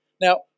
Now